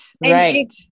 right